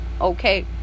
Okay